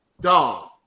Dog